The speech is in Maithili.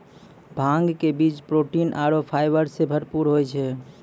भांग के बीज प्रोटीन आरो फाइबर सॅ भरपूर होय छै